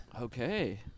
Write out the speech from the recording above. Okay